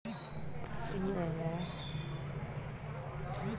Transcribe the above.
depositor కి అవసరాన్ని బట్టి చానా రకాల సేవింగ్స్ అకౌంట్లను బ్యేంకులు అందిత్తాయి